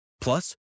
Plus